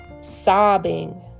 sobbing